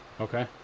Okay